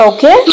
Okay